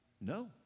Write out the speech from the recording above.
No